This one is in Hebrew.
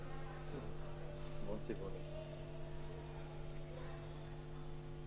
התשפ"א-2020, שהגיעו הלילה